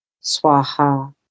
Swaha